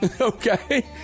Okay